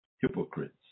Hypocrites